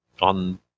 on